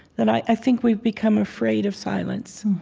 and i think we've become afraid of silence